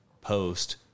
post